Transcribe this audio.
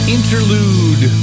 Interlude